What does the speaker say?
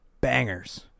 bangers